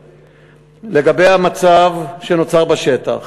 1. לגבי המצב שנוצר בשטח,